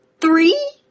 Three